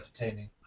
entertaining